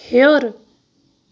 ہیوٚر